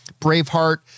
Braveheart